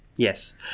Yes